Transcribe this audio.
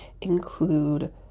include